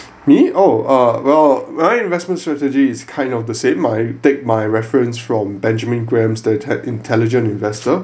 me oh err well my investment strategy is kind of the same I take my reference from benjamin graham the intelligent investor